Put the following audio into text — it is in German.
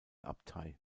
abtei